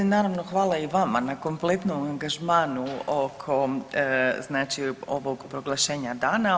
Naravno, hvala i vama na kompletnom angažmanu oko znači ovog proglašenja dana.